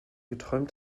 geträumt